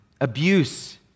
abuse